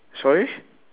sorry